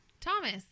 Thomas